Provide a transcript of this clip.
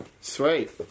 Sweet